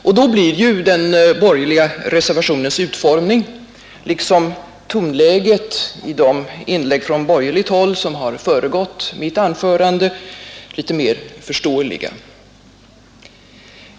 Och då blir den borgerliga reservationens utformning, liksom tonläget i de inlägg från borgerligt håll som föregått mitt anförande, mer förståeliga.